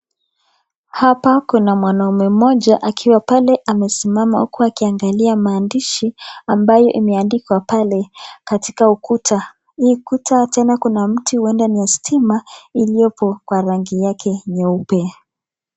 Hapa kuna mwanaume moja akiwa pale amesimama huku akiangalia maandishi ambayo imeandikwa pale katika ukuta. Hii ukuta tena kuna mti huenda ni ya stima iliyopo kwa rangi yake nyeupe.